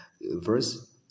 verse